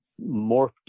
morphed